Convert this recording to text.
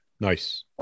Nice